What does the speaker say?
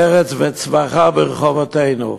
פרץ וצווחה ברחובותינו.